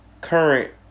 current